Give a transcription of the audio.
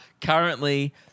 currently